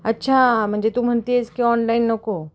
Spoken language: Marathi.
अच्छा म्हणजे तू म्हणते आहेस की ऑनलाईन नको